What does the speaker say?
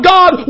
God